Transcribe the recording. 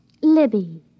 Libby